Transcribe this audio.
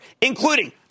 including